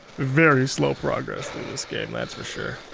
very slow progress through this game that's for sure.